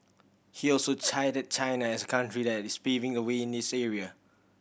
he also cited China as a country that is paving the way in this area